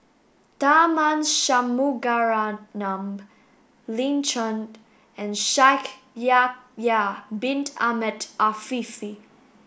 Tharman Shanmugaratnam Lin Chen and Shaikh Yahya bin Ahmed Afifi